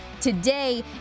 today